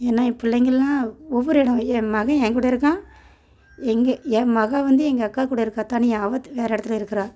ஏன்னா என் பிள்ளைங்களாம் ஒவ்வொரு இடம் என் மகன் என் கூட இருக்கான் எங்கள் என் மகள் வந்து எங்கள் அக்கா கூட இருக்காள் தனியாக அவள் வேறு இடத்துல இருக்கிறா